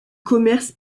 commerce